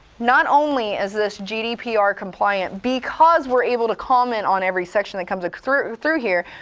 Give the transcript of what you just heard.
not only is this gdpr compliant because we're able to comment on every section that comes like through through here,